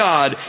God